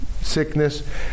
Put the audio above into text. sickness